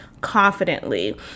confidently